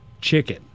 chicken